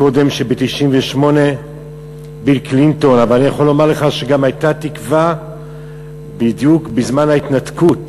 קודם ביל קלינטון אבל אני יכול לומר לך שהייתה תקווה בזמן ההתנתקות,